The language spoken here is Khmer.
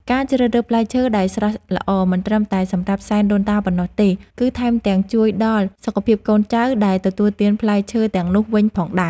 ការជ្រើសរើសផ្លែឈើដែលស្រស់ល្អមិនត្រឹមតែសម្រាប់សែនដូនតាប៉ុណ្ណោះទេគឺថែមទាំងជួយដល់សុខភាពកូនចៅដែលទទួលទានផ្លែឈើទាំងនោះវិញផងដែរ។